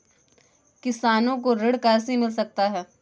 किसानों को ऋण कैसे मिल सकता है?